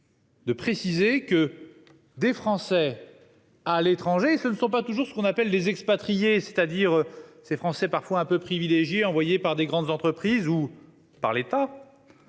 secondaire. Les Français de l'étranger ne sont pas toujours ce que l'on appelle des expatriés, c'est-à-dire ces Français parfois un peu privilégiés envoyés par de grandes entreprises ou par l'État,